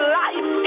life